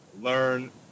Learn